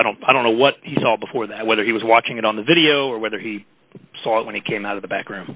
i don't i don't know what he saw before that whether he was watching it on the video or whether he saw it when he came out of the back